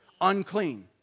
unclean